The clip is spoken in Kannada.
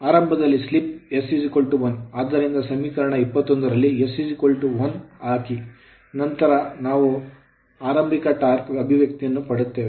ಸ್ಟಾರ್ಟ್ ಸ್ಲಿಪ್ ನಲ್ಲಿ s 1 ಆದ್ದರಿಂದ ಸಮೀಕರಣ 27 ರಲ್ಲಿ s1 ಅನ್ನು ಹಾಕಿ ನಂತರ ನಾವು ಇದು ಆರಂಭಿಕ torque ಟಾರ್ಕ್ ಗೆ ಅಭಿವ್ಯಕ್ತಿಯನ್ನು ಪಡೆಯುತ್ತೇವೆ